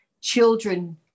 Children